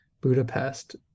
budapest